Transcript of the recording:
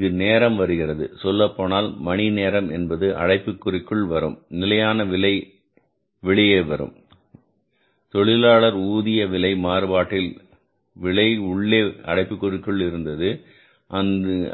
இங்கு நேரம் வருகிறது சொல்லப்போனால் மணி நேரம் என்பது அடைப்புக்குறிக்குள் வரும் நிலையான விலை வெளியே வரும் தொழிலாளர் ஊதிய விலை மாறுபாட்டில் விலை உள்ளே அடைப்புக்குறிக்குள் இருந்தது